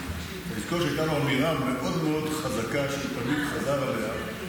אז תזכור שהייתה לו אמירה מאוד מאוד חזקה שהוא תמיד חזר עליה,